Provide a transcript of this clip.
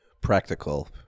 practical